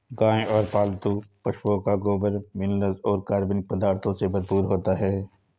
गाय और पालतू पशुओं का गोबर मिनरल्स और कार्बनिक पदार्थों से भरपूर होता है